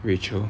rachel